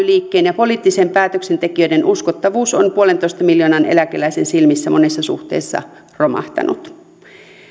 liikkeen ja poliittisten päätöksentekijöiden uskottavuus on puolentoista miljoonan eläkeläisen silmissä monessa suhteessa romahtanut